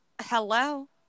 hello